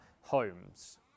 homes